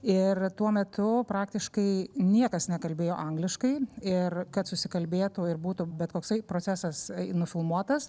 ir tuo metu praktiškai niekas nekalbėjo angliškai ir kad susikalbėtų ir būtų bet koksas procesas nufilmuotas